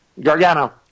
Gargano